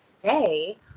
today